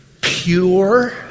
pure